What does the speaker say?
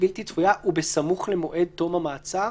בלתי צפויה ובסמוך למועד תום המעצר.